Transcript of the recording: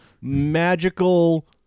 magical